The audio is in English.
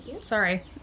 Sorry